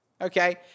okay